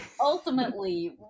ultimately